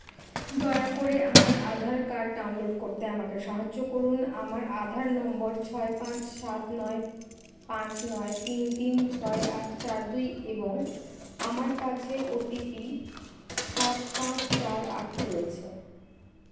দয়া করে আমার আধার কার্ড ডাউনলোড করতে আমাকে সাহায্য করুন আমার আধার নম্বর ছয় পাঁচ সাত নয় পাঁচ নয় তিন তিন ছয় আট চার দুই এবং আমার কাছে ও টি পি সাত পাঁচ চার আট রয়েছে